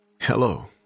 hello